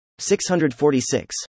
646